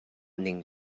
ning